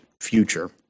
future